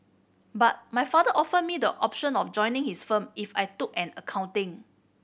but my father offered me the option of joining his firm if I took an accounting